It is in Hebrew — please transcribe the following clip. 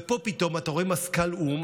ופה פתאום אתה רואה מזכ"ל או"ם,